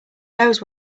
knows